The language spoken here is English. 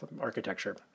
architecture